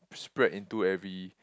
spread into every